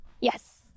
Yes